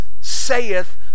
saith